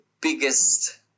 biggest